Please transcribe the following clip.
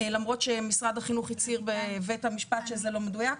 למרות שמשרד החינוך הצהיר בבית המשפט שזה לא מדויק.